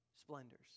splendors